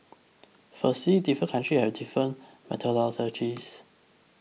firstly different country have different methodologies